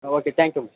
okay thank you